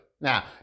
Now